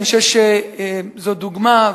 אני חושב שזו דוגמה,